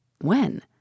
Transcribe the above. When